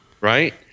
Right